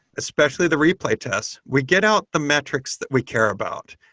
especially the replay tests, we get out the metrics that we care about.